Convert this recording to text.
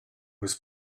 was